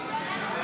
בבקשה.